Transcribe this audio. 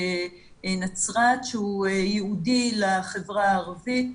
בנצרת שהוא ייעודי לחברה הערבית,